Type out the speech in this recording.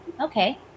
Okay